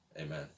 Amen